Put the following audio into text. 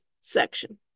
section